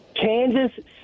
Kansas